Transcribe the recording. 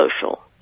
social